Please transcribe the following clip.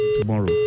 tomorrow